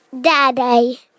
Daddy